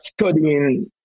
studying